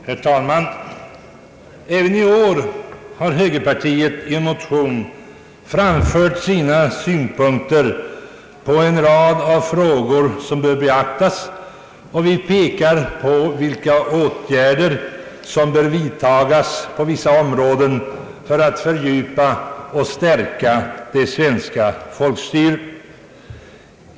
Herr talman! Även i år har högerpartiet i en motion framfört sina synpunkter på en rad frågor som bör beak tas och pekat på åtgärder som bör vidtagas inom vissa områden för att fördjupa och stärka det svenska folkstyret.